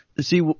see